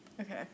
okay